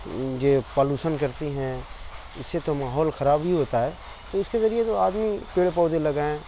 یہ پالوشن کرتی ہیں اس سے تو ماحول خراب ہی ہوتا ہے تو اس کے ذریعے جو آدمی پیڑ پودے لگائیں